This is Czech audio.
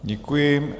Děkuji.